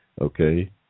Okay